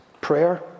prayer